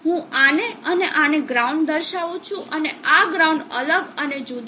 હું આને અને આને ગ્રાઉન્ડ દર્શાવું છું અને આ ગ્રાઉન્ડ અલગ અને જુદું છે